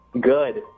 Good